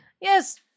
Yes